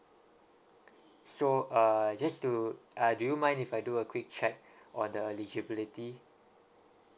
so uh just to uh do you mind if I do a quick check on the eligibility